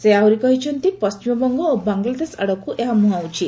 ସେ ଆହୁରି କହିଛନ୍ତି ପଣ୍ଟିମବଙ୍ଗ ଓ ବାଂଲାଦେଶ ଆଡ଼କୁ ଏହା ମୁହାଁଉଛି